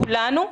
כולנו,